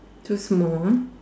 too small uh